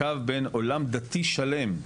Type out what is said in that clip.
הקו בין עולם דתי שלם,